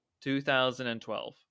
2012